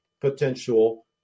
potential